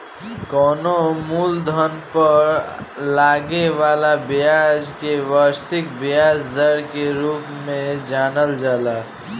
कवनो मूलधन पर लागे वाला ब्याज के वार्षिक ब्याज दर के रूप में जानल जाला